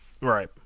right